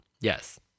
yes